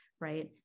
right